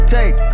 Take